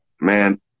Man